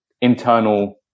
internal